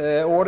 kronor.